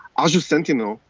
azure sentinel,